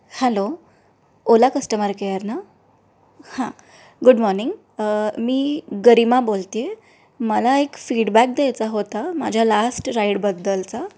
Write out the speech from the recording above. hello Ola customer care ना हां good morning मी गरीमा बोलते आहे मला एक फीडबॅक द्यायचा होता माझ्या लास्ट राईडबद्दलचा